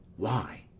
why,